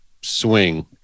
swing